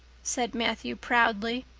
said matthew proudly.